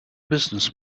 business